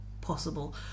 possible